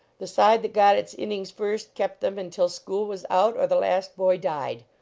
the side that got its innings first kept them until school was out or the last boy died.